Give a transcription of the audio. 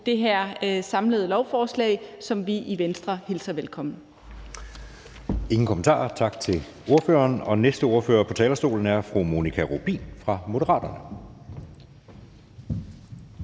det her samlede lovforslag, som vi i Venstre hilser velkommen.